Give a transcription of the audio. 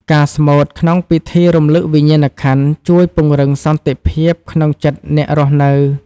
ការស្មូតក្នុងពិធីរំលឹកវិញ្ញាណក្ខន្ធ ជួយពង្រឹងសន្តិភាពក្នុងចិត្តអ្នករស់នៅ។